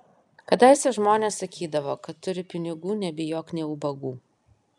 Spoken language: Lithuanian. kadaise žmonės sakydavo kad turi pinigų nebijok nė ubagų